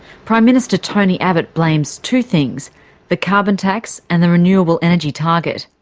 prime minister tony abbott blames two things the carbon tax and the renewable energy target.